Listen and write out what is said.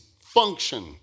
function